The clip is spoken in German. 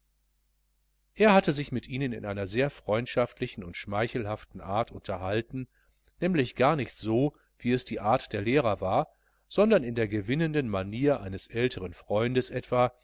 er hatte sich mit ihnen in einer sehr freundlichen und schmeichelhaften art unterhalten nämlich gar nicht so wie es die art der lehrer war sondern in der gewinnenden manier eines älteren freundes etwa